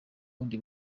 bundi